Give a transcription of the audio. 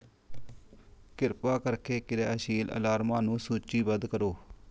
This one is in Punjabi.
ਕਿਰਪਾ ਕਰਕੇ ਕਿਰਿਆਸ਼ੀਲ ਅਲਾਰਮਾਂ ਨੂੰ ਸੂਚੀਬੱਧ ਕਰੋ